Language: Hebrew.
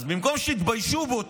אז במקום שתתביישו בו,